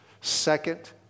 second